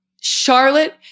Charlotte